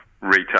retail